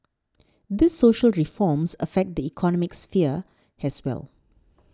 these social reforms affect the economic sphere as well